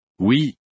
Oui